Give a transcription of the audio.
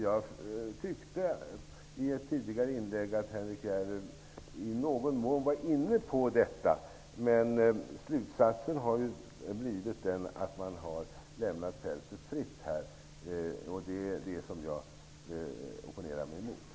Jag tyckte att Henrik S Järrel i ett tidigare inlägg i någon mån var inne på detta. Men slutsatsen har blivit den att man har lämnat fältet fritt. Det är detta jag opponerar mig emot.